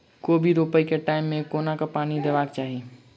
कोबी रोपय केँ टायम मे कोना कऽ पानि देबाक चही?